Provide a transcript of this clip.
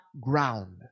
ground